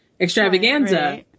extravaganza